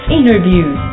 interviews